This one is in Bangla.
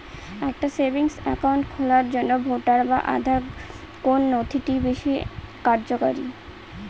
একটা সেভিংস অ্যাকাউন্ট খোলার জন্য ভোটার বা আধার কোন নথিটি বেশী কার্যকরী?